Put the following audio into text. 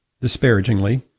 disparagingly